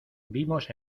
vimos